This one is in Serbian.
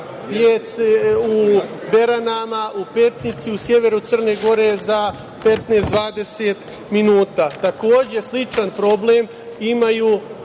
u Beranama, u Petnici, na severu Crne Gore za 15, 20 minuta. Takođe, sličan problem imaju